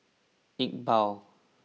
Iqbal